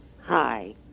Hi